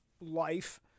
life